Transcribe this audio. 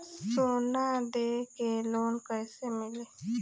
सोना दे के लोन कैसे मिली?